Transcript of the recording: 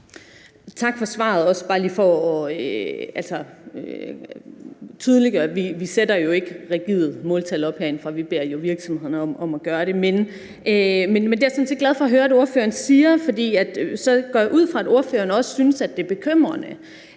vi jo ikke sætter rigide måltal op herindefra. Vi beder jo virksomhederne om at gøre det. Men det er jeg sådan set glad for at høre at ordføreren siger, for så går jeg ud fra, at ordføreren også synes, det er bekymrende,